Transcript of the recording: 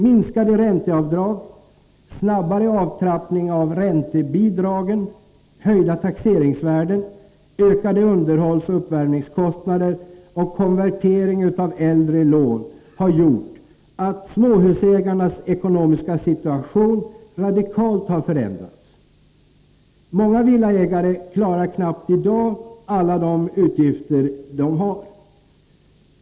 Minskade ränteavdrag, snabbare avtrappning av räntebidragen, höjda taxeringsvärden, ökade underhållsoch uppvärmningskostnader och konvertering av äldre lån har gjort att småhusägarnas ekonomiska situation radikalt har förändrats. Många villaägare klarar knappt i dag alla de utgifter de har.